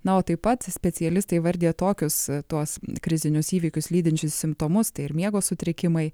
na o taip pat specialistai įvardija tokius tuos krizinius įvykius lydinčius simptomus tai ir miego sutrikimai